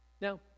Now